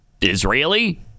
Israeli